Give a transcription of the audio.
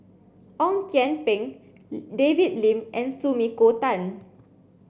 Ong Kian Peng David Lim and Sumiko Tan